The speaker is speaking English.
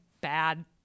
bad